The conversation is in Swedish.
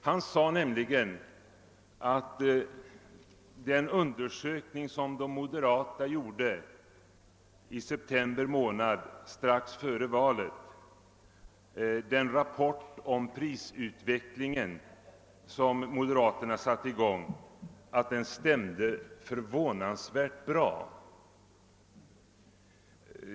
Han sade att den undersökning, som de moderata gjorde i september månad strax före valet, den rapport om prisutvecklingen som moderaterna satte i gång med, stämde förvånansvärt bra.